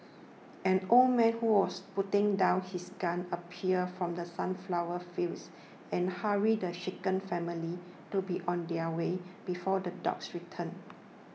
an old man who was putting down his gun appeared from the sunflower fields and hurried the shaken family to be on their way before the dogs return